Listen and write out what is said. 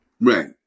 Right